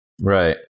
Right